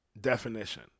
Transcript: definition